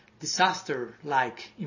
disaster-like